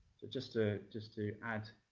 just ah just to add,